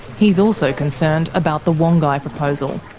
he's also concerned about the wongai proposal.